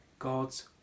God's